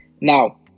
now